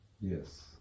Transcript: Yes